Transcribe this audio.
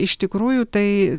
iš tikrųjų tai